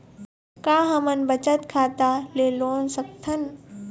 का हमन बचत खाता ले लोन सकथन?